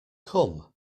come